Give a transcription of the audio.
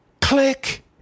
click